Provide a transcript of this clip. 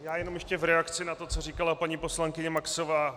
Já jenom ještě v reakci na to, co říkala paní poslankyně Maxová.